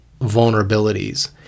Vulnerabilities